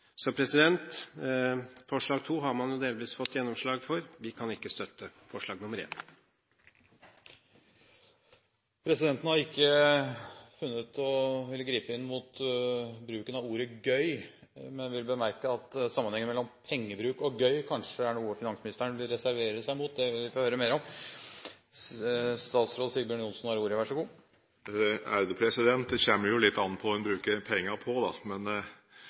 Så forslag nr. 2 har man jo delvis fått gjennomslag for. Vi kan ikke støtte forslag nr. 1. Presidenten har ikke funnet å ville gripe inn mot bruken av ordet «gøy», men vil bemerke at sammenhengen mellom pengebruk og gøy kanskje er noe finansministeren vil reservere seg mot. Det vil vi få høre mer om. Det kommer jo litt an på hva en bruker pengene på. Jeg er ikke helt sikker på om jeg skal inkludere råning i livskvalitetsindeksen, som vi nå jobber med, men